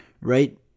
right